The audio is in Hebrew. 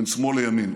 בין שמאל לימין.